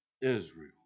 Israel